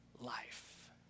Life